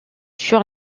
sur